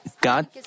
God